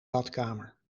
badkamer